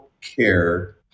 care